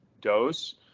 dose